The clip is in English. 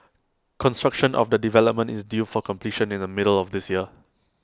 construction of the development is due for completion in the middle of this year